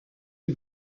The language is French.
est